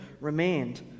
remained